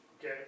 Okay